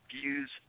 views